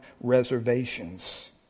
reservations